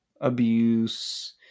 abuse